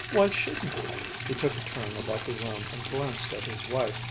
why shouldn't i? he took a turn about the room and glanced at his wife,